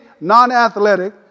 non-athletic